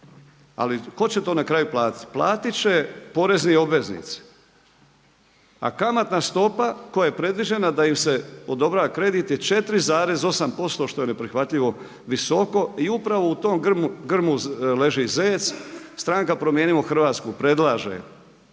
Ali tko će to na kraju platiti. Platit će porezni obveznici. A kamatna stopa koja je predviđena da im se odobrava kredit je 4,8% što je neprihvatljivo visoko i upravo u tom grmu leži zec. Stranka „Promijenimo Hrvatsku“ predlaže